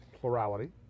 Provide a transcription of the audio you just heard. Plurality